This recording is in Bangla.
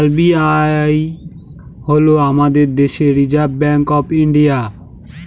আর.বি.আই হল আমাদের দেশের রিসার্ভ ব্যাঙ্ক অফ ইন্ডিয়া